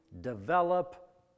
develop